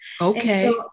Okay